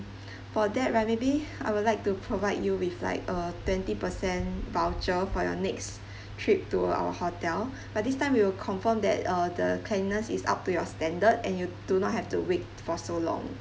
for that right maybe I would like to provide you with like a twenty per cent voucher for your next trip to our hotel but this time we will confirm that uh the cleanliness is up to your standard and you do not have to wait for so long